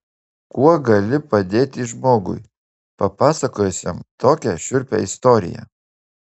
kuo gali padėti žmogui papasakojusiam tokią šiurpią istoriją